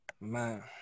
Man